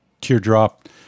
Teardrop